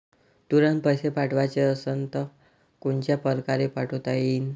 तुरंत पैसे पाठवाचे असन तर कोनच्या परकारे पाठोता येईन?